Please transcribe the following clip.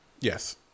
Yes